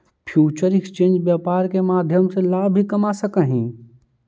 future exchange व्यापार के माध्यम से लाभ भी कमा सकऽ हइ